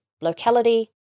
locality